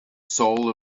soul